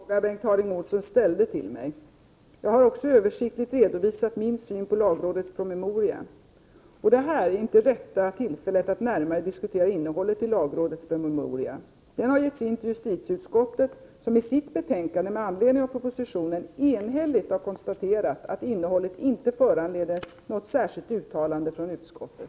Herr talman! Jag har besvarat den fråga Bengt Harding Olson ställde till mig. Jag har också översiktligt redovisat min syn på lagrådets promemoria. Detta är inte rätta tillfället att närmare diskutera innehållet i lagrådets promemoria. Den har ingetts till justitieutskottet, som i sitt betänkande med anledning av propositionen enhälligt har konstaterat att innehållet inte föranleder något särskilt uttalande från utskottet.